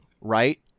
right